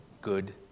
good